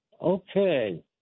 Okay